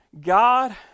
God